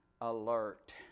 alert